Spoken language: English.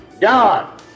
done